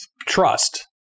trust